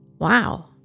Wow